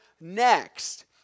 next